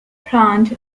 plant